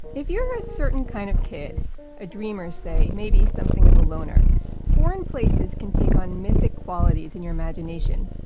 if you're a certain kind of kid a dreamer, say, maybe something of a loner foreign places can take on mythic qualities in your imagination.